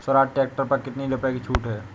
Swaraj tractor पर कितनी रुपये की छूट है?